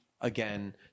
again